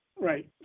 Right